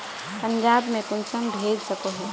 पंजाब में कुंसम भेज सकोही?